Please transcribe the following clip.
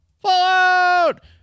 Fallout